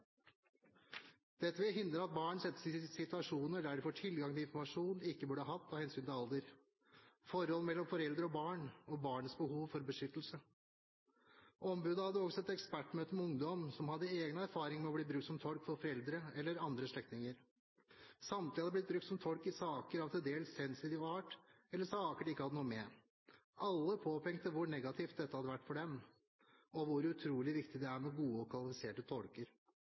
Dette vil hindre at barn settes i situasjoner der de får tilgang til informasjon de ikke burde hatt av hensyn til alder, forhold mellom foreldre og barn og barnets behov for beskyttelse.» Ombudet hadde også et ekspertmøte med ungdom som hadde egne erfaringer med å bli brukt som tolk for foreldre eller andre slektninger. Samtlige hadde blitt brukt som tolk i saker av til dels sensitiv art eller saker de ikke hadde noe med. Alle påpekte hvor negativt dette hadde vært for dem, og hvor utrolig viktig det er med gode og kvalifiserte tolker.